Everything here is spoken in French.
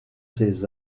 ses